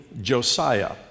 Josiah